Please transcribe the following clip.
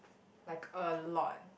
like a lot